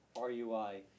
RUI